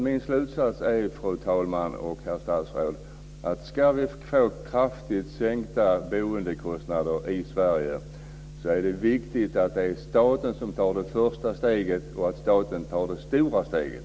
Min slutsats är, fru talman och herr statsråd, att ska vi få kraftigt sänkta boendekostnader i Sverige är det viktigt att det är staten som tar det första steget och det stora steget.